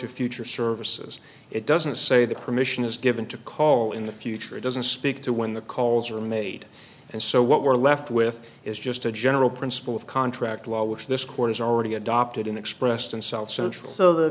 to future services it doesn't say that permission is given to call in the future it doesn't speak to when the calls are made and so what we're left with is just a general principle of contract law which this court has already adopted and expressed in south central so the